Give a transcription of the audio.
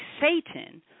Satan